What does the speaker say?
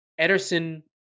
Ederson